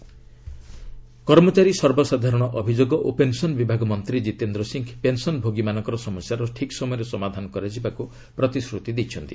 government pensioners କର୍ମଚାରୀ ସର୍ବସାଧାରଣ ଅଭିଯୋଗ ଓ ପେନ୍ସନ୍ ବିଭାଗ ମନ୍ତ୍ରୀ ଜିତେନ୍ଦ୍ର ସିଂହ ପେନ୍ସନ୍ଭୋଗୀମାନଙ୍କର ସମସ୍ୟାର ଠିକ୍ ସମୟରେ ସମାଧାନ କରାଯିବାକୁ ପ୍ରତିଶ୍ରତି ଦେଇଛନ୍ତି